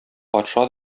патша